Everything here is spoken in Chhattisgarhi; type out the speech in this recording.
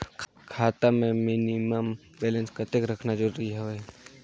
खाता मां मिनिमम बैलेंस कतेक रखना जरूरी हवय?